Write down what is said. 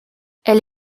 elle